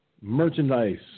merchandise